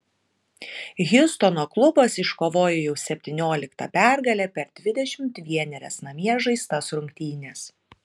hjustono klubas iškovojo jau septynioliktą pergalę per dvidešimt vienerias namie žaistas rungtynes